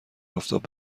آفتاب